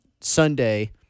Sunday